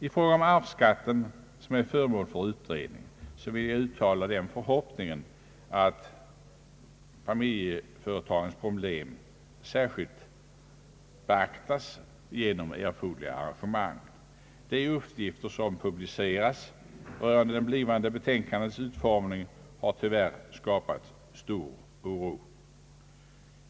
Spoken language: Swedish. I fråga om arvsskatten, som är föremål för utredning, vill jag uttala den förhoppningen att familjeföretagens problem särskilt beaktas genom erforderliga arrangemang. De uppgifter som publicerats rörande det kommande betänkandets utformning har tyvärr skapat stor oro.